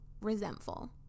resentful